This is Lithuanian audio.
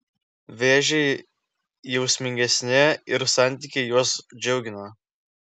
vėžiai jausmingesni ir santykiai juos džiugina